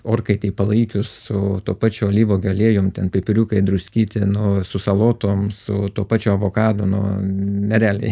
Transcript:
orkaitėj palaikius su tuo pačiu alyvuogių aliejum ten pipiriukai druskytė nu su salotoms su tuo pačiu avokadu nu nerealiai